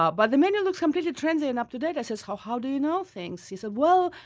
but but the menu looks completely trendy and up-to-date. i said, how how do you know things? he said, well,